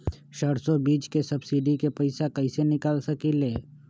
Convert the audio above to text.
सरसों बीज के सब्सिडी के पैसा कईसे निकाल सकीले?